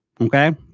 okay